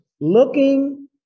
looking